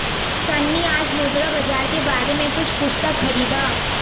सन्नी आज मुद्रा बाजार के बारे में कुछ पुस्तक खरीदा